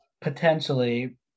potentially